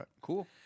Cool